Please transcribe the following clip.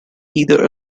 either